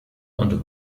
und